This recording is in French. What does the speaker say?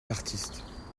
d’artiste